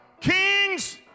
kings